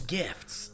gifts